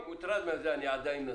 אני מוטרד מהמשפט: אני עדיין נשוי.